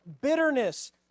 bitterness